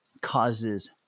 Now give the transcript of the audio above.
causes